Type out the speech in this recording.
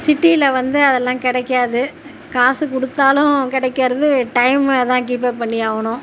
சிட்டியில வந்து அதெல்லாம் கிடைக்காது காசு கொடுத்தாலும் கிடைக்றது டைம்மை தான் கீப்அப் பண்ணி ஆகணும்